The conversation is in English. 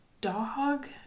dog